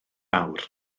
awr